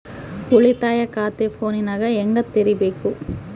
ಉಳಿತಾಯ ಖಾತೆ ಫೋನಿನಾಗ ಹೆಂಗ ತೆರಿಬೇಕು?